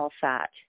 fat